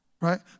Right